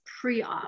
pre-op